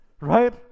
Right